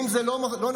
אם זה לא נכון,